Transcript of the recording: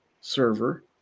server